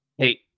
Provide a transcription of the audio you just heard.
Hey